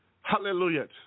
Hallelujah